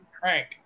Crank